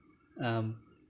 um